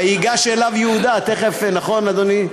"ויגש אליו יהודה" תכף, נכון, אדוני?